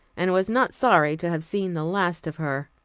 and was not sorry to have seen the last of her.